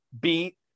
beat